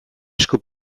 esku